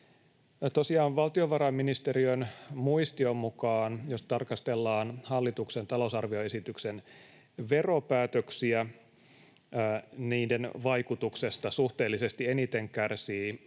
valtiovarainministeriön muistion mukaan, jos tarkastellaan hallituksen talousarvioesityksen veropäätöksiä, niiden vaikutuksesta suhteellisesti eniten kärsii